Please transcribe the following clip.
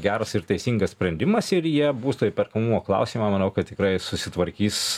geras ir teisingas sprendimas ir jie būsto įperkamumo klausimą manau kad tikrai susitvarkys